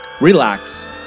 relax